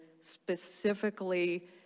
specifically